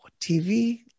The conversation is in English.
TV